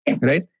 Right